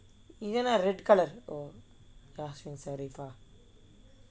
இது என்ன:ithu enna red colour oh